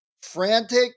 frantic